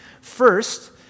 First